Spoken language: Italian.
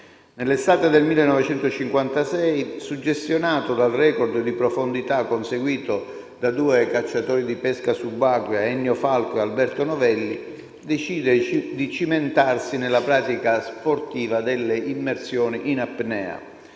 Nell'estate del 1956, suggestionato dal record di profondità conseguito da due pescatori subacquei - Ennio Falco e Alberto Novelli - decide di cimentarsi nella pratica sportiva delle immersioni in apnea.